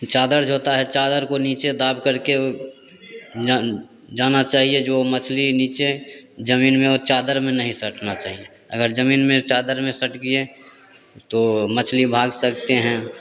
चादर जो होता है चादर को दाब करके जाना चाहिए जो मछली नीचे जमीन में और चादर में नहीं सटना चाहिए अगर जमीन में चादर में सट गए तो मछली भाग सकते हैं